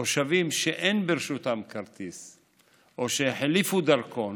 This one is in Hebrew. תושבים שאין ברשותם כרטיס או שהחליפו דרכון